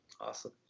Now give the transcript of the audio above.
Awesome